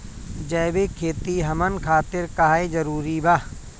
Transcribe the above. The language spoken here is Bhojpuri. जैविक खेती हमन खातिर काहे जरूरी बा?